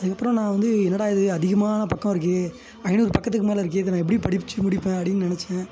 அதுக்கப்புறம் நான் வந்து என்னடா இது அதிகமான பக்கம் இருக்கே ஐநூறு பக்கத்துக்கு மேலே இருக்கே இதை நான் எப்படி படித்து முடிப்பேன் அப்படின்னு நெனைச்சேன்